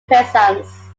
penzance